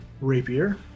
rapier